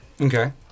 Okay